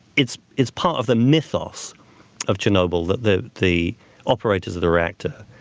it's it's part of the mythos of chernobyl, that the the operators of the reactor,